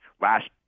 last